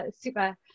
super